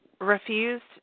refused